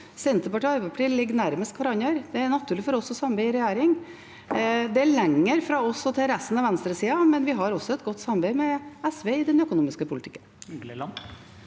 Senterpartiet og Arbeiderpartiet ligger nærmest hverandre. Det er naturlig for oss å samarbeide i regjering. Det er lenger fra oss til resten av venstresida, men vi har også et godt samarbeid med SV i den økonomiske politikken.